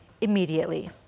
immediately